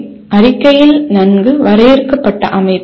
விளைவு அறிக்கையின் நன்கு வரையறுக்கப்பட்ட அமைப்பு